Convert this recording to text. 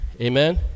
Amen